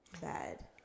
bad